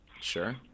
Sure